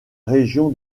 région